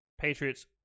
Patriots